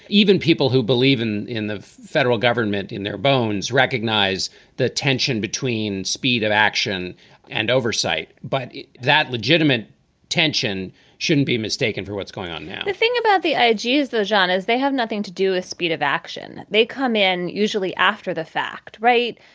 even people who believe in in the federal government in their bones recognize the tension between speed and action and oversight. but that legitimate tension shouldn't be mistaken for what's going on now the thing about the i g. is the zhaan is they have nothing to do with speed of action. they come in usually after the fact. right.